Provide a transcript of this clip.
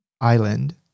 Island